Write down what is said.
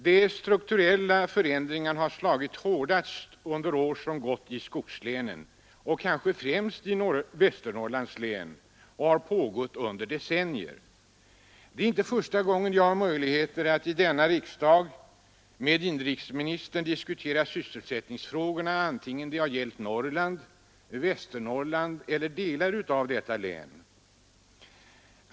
De strukturella förändringarna har under år som gått slagit hårdast i skogslänen, kanske främst i Västernorrlands län, och det har pågått i decennier. Det är inte första gången jag har möjlighet att i denna riksdag med inrikesministern diskutera sysselsättningsfrågorna, vare sig det har gällt Norrland, Västernorrland eller delar av detta län.